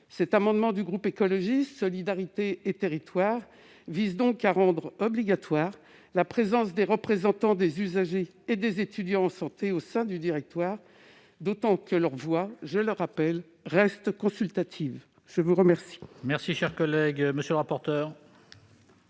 Cet amendement du groupe Écologiste - Solidarité et Territoires vise donc à rendre obligatoire la présence des représentants des usagers et des étudiants en santé au sein du directoire, d'autant que leur voix- je le rappelle -reste consultative. Quel